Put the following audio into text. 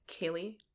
Kaylee